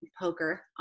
poker